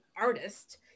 artist